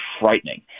frightening